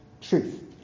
truth